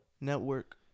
Network